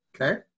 okay